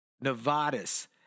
Nevada's